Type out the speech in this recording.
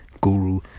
guru